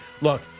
Look